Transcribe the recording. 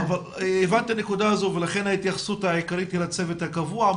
הבנתי את הנקודה הזו ולכן ההתייחסות העיקרית היא לצוות הקבוע.